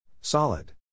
Solid